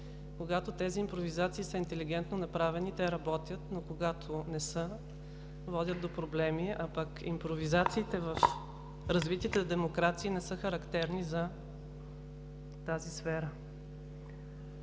Когато тези импровизации са интелигентно направени, те работят, но когато не са, водят до проблеми, а пък в развитите демокрации импровизациите не са характерни за тази сфера.